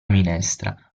minestra